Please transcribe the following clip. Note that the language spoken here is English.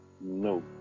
No